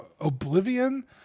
Oblivion